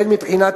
הן מבחינת